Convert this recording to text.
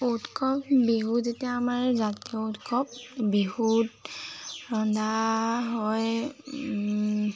উৎসৱ বিহুত যেতিয়া আমাৰ জাতীয় উৎসৱ বিহুত ৰন্ধা হয়